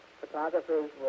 photographers